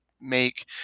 make